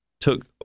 took